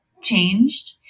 changed